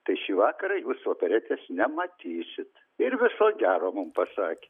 tai šį vakarą jūs operetės nematysit ir viso gero mum pasakė